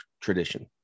tradition